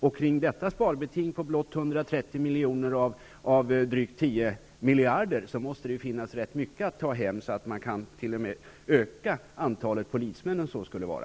Av detta sparbeting på blott 130 miljoner av drygt 10 miljarder måste det finnas ganska mycket att ta hem så att man t.o.m. kan öka antalet polismän om så skulle vara.